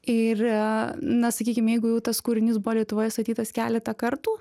ir na sakykim jeigu jau tas kūrinys buvo lietuvoj statytas keletą kartų